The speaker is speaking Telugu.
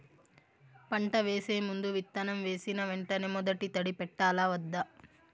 పంట వేసే ముందు, విత్తనం వేసిన వెంటనే మొదటి తడి పెట్టాలా వద్దా?